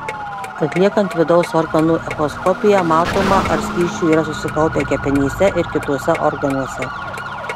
atliekant vidaus organų echoskopiją matoma ar skysčių yra susikaupę kepenyse ir kituose organuose